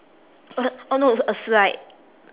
oh no it's a slide